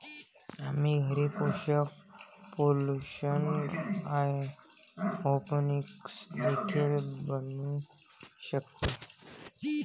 आम्ही घरी पोषक सोल्यूशन हायड्रोपोनिक्स देखील बनवू शकतो